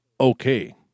okay